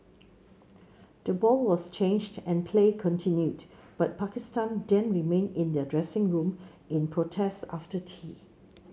the ball was changed and play continued but Pakistan then remained in their dressing room in protest after tea